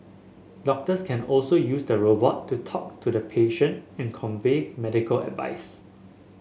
doctors can also use the robot to talk to the patient and convey medical advice